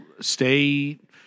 state